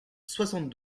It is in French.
soixante